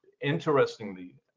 interestingly